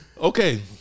Okay